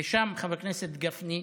ושם, חבר הכנסת גפני,